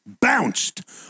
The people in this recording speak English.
bounced